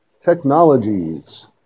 Technologies